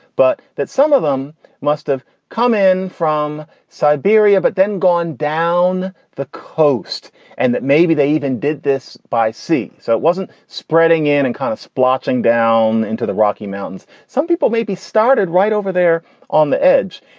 but that some of them must have come in from siberia but then gone down the coast and that maybe they even did this by sea. so it wasn't. riding in and kind of sploshing down into the rocky mountains, some people may be started right over there on the edge,